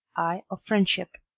i of friendship.